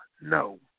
no